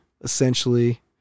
essentially